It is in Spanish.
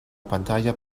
pantalla